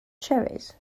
cherries